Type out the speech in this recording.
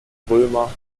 römer